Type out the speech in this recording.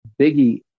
Biggie